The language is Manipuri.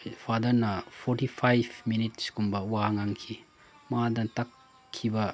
ꯐꯥꯗꯔꯅ ꯐꯣꯔꯇꯤ ꯐꯥꯏꯚ ꯃꯤꯅꯤꯠꯁꯀꯨꯝꯕ ꯋꯥ ꯉꯥꯡꯈꯤ ꯃꯥꯗ ꯇꯥꯛꯈꯤꯕ